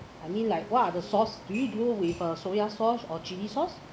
I mean like !wah! the sauce do you go with uh soya sauce or chilli sauce